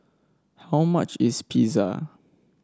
how much is Pizza